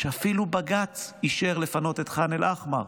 שאפילו בג"ץ אישר לפנות את ח'אן אל-אחמר,